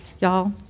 Y'all